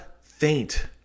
faint